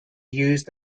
used